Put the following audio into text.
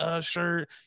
shirt